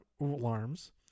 alarms